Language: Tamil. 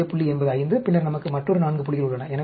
மைய புள்ளி என்பது 5 பின்னர் நமக்கு மற்றொரு 4 புள்ளிகள் உள்ளன